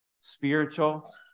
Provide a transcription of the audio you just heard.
spiritual